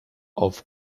auf